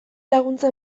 laguntza